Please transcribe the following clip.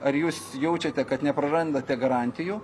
ar jūs jaučiate kad neprarandate garantijų